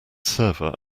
server